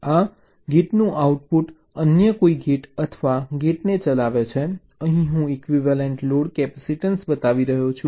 આ ગેટનું આઉટપુટ અન્ય કોઈ ગેટ અથવા ગેટને ચલાવે છે અહીં હું ઇક્વિવેલન્ટ લોડ કેપેસીટન્સ બતાવી રહ્યો છું